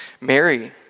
Mary